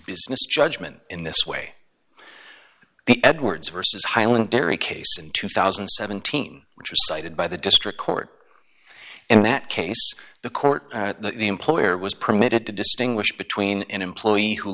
business judgment in this way the edwards versus highland dairy case in two thousand and seventeen which was cited by the district court and that case the court the employer was permitted to distinguish between an employee who